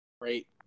great